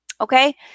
Okay